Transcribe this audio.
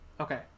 Okay